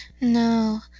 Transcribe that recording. No